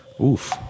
Oof